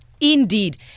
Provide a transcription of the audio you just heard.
Indeed